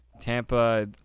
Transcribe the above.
Tampa